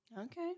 Okay